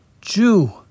Jew